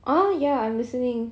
a ya I'm listening